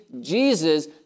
Jesus